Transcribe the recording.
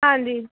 ਹਾਂਜੀ